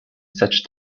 such